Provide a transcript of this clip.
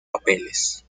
papeles